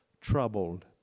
troubled